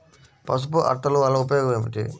పసుపు అట్టలు వలన ఉపయోగం ఏమిటి?